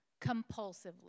compulsively